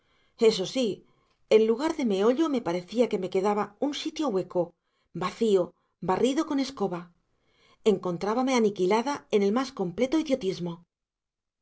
eso sí en lugar de meollo me parecía que me quedaba un sitio hueco vacío barrido con escoba encontrábame aniquilada en el más completo idiotismo